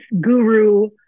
guru